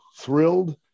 thrilled